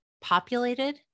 populated